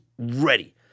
ready